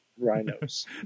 Rhinos